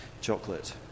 chocolate